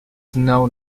known